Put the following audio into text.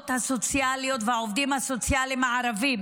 הסוציאליות והעובדים הסוציאליים הערבים,